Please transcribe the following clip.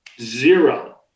zero